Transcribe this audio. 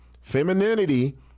femininity